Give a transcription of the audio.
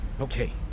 Okay